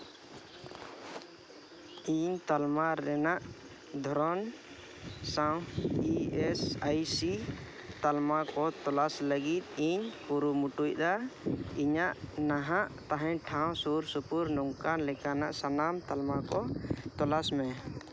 ᱤᱧ ᱛᱟᱞᱢᱟ ᱨᱮᱱᱟᱜ ᱫᱷᱚᱨᱚᱱ ᱥᱟᱶ ᱤ ᱮᱥ ᱟᱭ ᱥᱤ ᱛᱟᱞᱢᱟ ᱠᱚ ᱛᱚᱞᱟᱥ ᱞᱟᱹᱜᱤᱫ ᱤᱧ ᱠᱩᱨᱩᱢᱩᱴᱩᱭᱮᱫᱟ ᱤᱧᱟᱹᱜ ᱱᱟᱦᱟᱜ ᱛᱟᱦᱮᱱ ᱴᱷᱟᱶ ᱥᱩᱨᱼᱥᱩᱯᱩᱨ ᱱᱚᱝᱠᱟ ᱞᱮᱠᱟᱱᱟᱜ ᱥᱟᱱᱟᱢ ᱛᱟᱞᱢᱟ ᱠᱚ ᱛᱚᱞᱟᱥ ᱢᱮ